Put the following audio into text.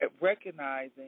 recognizing